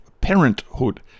parenthood